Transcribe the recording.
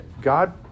God